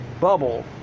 bubble